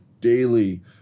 daily